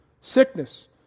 Sickness